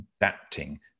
adapting